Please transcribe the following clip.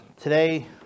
today